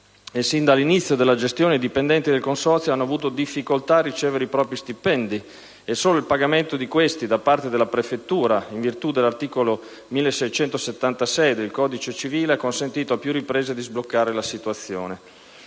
Sin dall'inizio della gestione, i dipendenti del consorzio hanno avuto difficoltà a ricevere i propri stipendi, e solo il pagamento di questi da parte della prefettura, ai sensi dell'articolo 1676 del codice civile, ha consentito, a più riprese, di sbloccare la situazione.